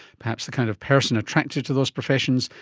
perhaps the kind of person attracted to those professions,